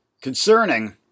concerning